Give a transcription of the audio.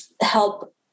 help